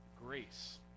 grace